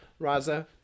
Raza